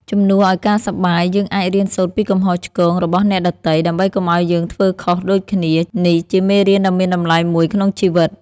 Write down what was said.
ជំនួសឱ្យការសប្បាយ យើងអាចរៀនសូត្រពីកំហុសឆ្គងរបស់អ្នកដទៃ ដើម្បីកុំឱ្យយើងធ្វើខុសដូចគ្នា នេះជាមេរៀនដ៏មានតម្លៃមួយក្នុងជីវិត។